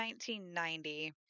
1990